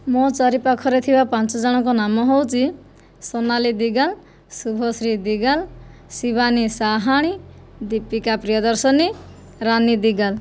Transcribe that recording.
ମୋ' ଚାରିପାଖରେ ଥିବା ପାଞ୍ଚ ଜଣଙ୍କ ନାମ ହେଉଛି ସୋନାଲି ଦିଗାଲ ଶୁଭଶ୍ରୀ ଦିଗାଲ ଶିବାନୀ ସାହାଣୀ ଦୀପିକା ପ୍ରିୟଦର୍ଶିନୀ ରାନୀ ଦିଗାଲ